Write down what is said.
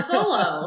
Solo